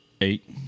Eight